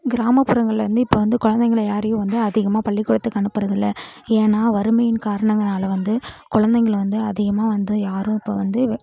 கிராமப்புறங்கள்லேருந்து இப்போ வந்து குழந்தைகளை யாரையும் வந்து அதிகமாக பள்ளிக்கூடத்துக்கு அனுப்புறது இல்லை ஏன்னா வறுமையின் காரணங்களால் வந்து குழந்தைகளை வந்து அதிகமாக வந்து யாரும் இப்போது வந்து